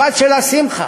הבת שלה, שמחה,